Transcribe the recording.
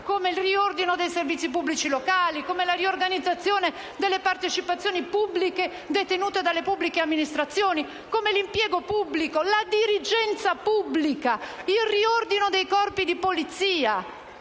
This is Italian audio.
al riordino dei servizi pubblici locali, alla riorganizzazione delle partecipazioni pubbliche detenute dalle pubbliche amministrazioni, all'impiego pubblico, alla dirigenza pubblica, al riordino dei corpi di Polizia,